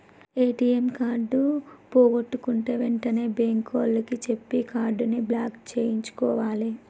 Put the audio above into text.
ATM card పోగొట్టుకుంటే వెంటనే bank వాళ్లకి చెప్పి కార్డుని బ్లాక్ చేయించుకోవాలే